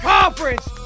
Conference